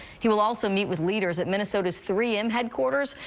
he will also meet with leaders at minnesota's three m headquarters,